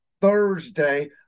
Thursday